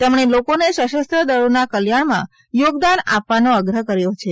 તેમણે લોકોને સશસ્ત્ર દળોના કલ્યાણમાં યોગદાન આપવાનો આગ્રક હર્યો છે